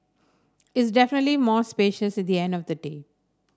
it's definitely more spacious the end of the day